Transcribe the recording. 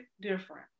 different